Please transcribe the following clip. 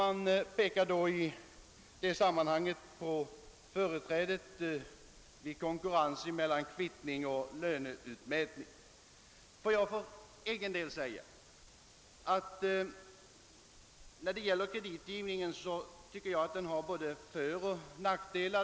Man pekar i det sammanhanget på företrädet vid konkurrens mellan kvittning och löneutmätning. Rörande kreditgivningen anser jag att den har både föroch nackdelar.